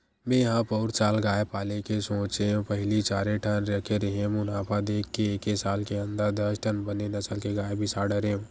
मेंहा पउर साल गाय पाले के सोचेंव पहिली चारे ठन रखे रेहेंव मुनाफा देख के एके साल के अंदर दस ठन बने नसल के गाय बिसा डरेंव